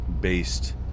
based